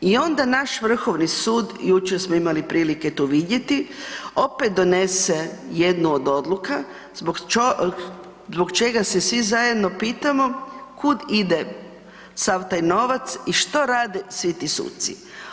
I onda naš Vrhovni sud, jučer smo imali prilike to vidjeti, opet donese jednu od odluka zbog čega se svi zajedno pitamo kud ide sav taj novac i što rade svi ti suci?